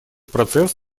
процесс